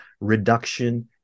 reduction